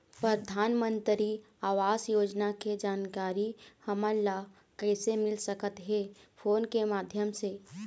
परधानमंतरी आवास योजना के जानकारी हमन ला कइसे मिल सकत हे, फोन के माध्यम से?